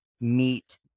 meet